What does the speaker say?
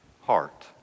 heart